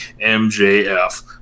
MJF